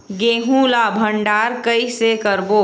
गेहूं ला भंडार कई से करबो?